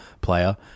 player